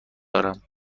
دارم